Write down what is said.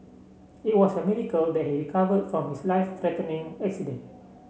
it was a miracle that he recovered from his life threatening accident